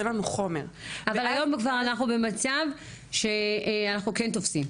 אין לנו חומר ואז --- אבל היום אנחנו כבר במצב שאנחנו כן תופסים,